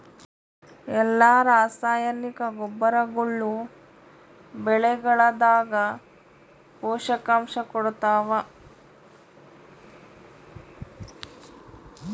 ಎಲ್ಲಾ ರಾಸಾಯನಿಕ ಗೊಬ್ಬರಗೊಳ್ಳು ಬೆಳೆಗಳದಾಗ ಪೋಷಕಾಂಶ ಕೊಡತಾವ?